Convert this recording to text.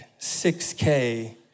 6K